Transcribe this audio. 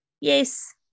yes